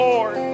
Lord